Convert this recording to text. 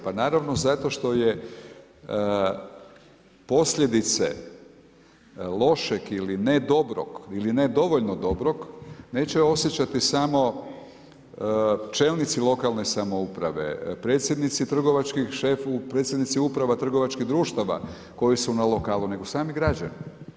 Pa naravno zato što je posljedice lošeg ili ne dobrog ili ne dovoljno dobrog neće osjećati samo čelnici lokalne samouprave, predsjednici uprava trgovačkih društava koji su na lokalu nego sami građani.